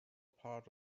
part